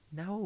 no